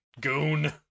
goon